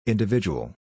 Individual